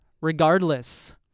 regardless